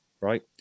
right